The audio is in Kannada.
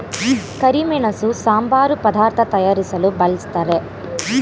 ಕರಿಮೆಣಸು ಸಾಂಬಾರು ಪದಾರ್ಥ ತಯಾರಿಸಲು ಬಳ್ಸತ್ತರೆ